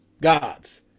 God's